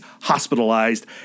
hospitalized